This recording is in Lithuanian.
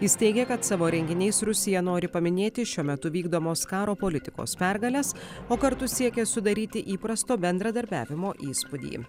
jis teigė kad savo renginiais rusija nori paminėti šiuo metu vykdomos karo politikos pergales o kartu siekia sudaryti įprasto bendradarbiavimo įspūdį